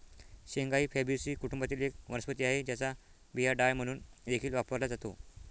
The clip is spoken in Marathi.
शेंगा ही फॅबीसी कुटुंबातील एक वनस्पती आहे, ज्याचा बिया डाळ म्हणून देखील वापरला जातो